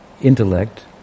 intellect